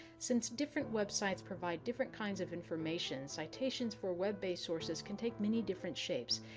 since different websites provide different kinds of information citations for web-based sources can take many different shapes.